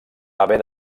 haver